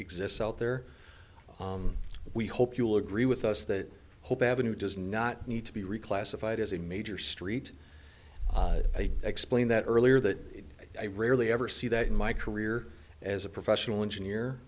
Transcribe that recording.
exists out there we hope you'll agree with us that hope avenue does not need to be reclassified as a major street i explained that earlier that i rarely ever see that in my career as a professional engineer